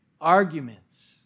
arguments